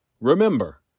Remember